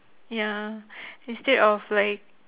ya instead of like